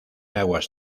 aguas